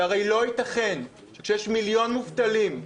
שהרי לא ייתכן שכשיש מיליון מובטלים,